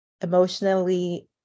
emotionally